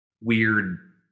weird